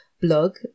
blog